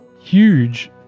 huge